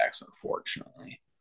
unfortunately